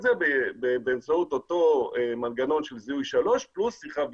זה באמצעות אותו מנגנון של זיהוי 3 פלוס שיחה ויזואלית.